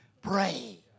pray